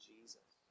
Jesus